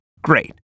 Great